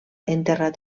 enterrat